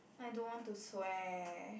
I don't want to swear